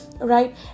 right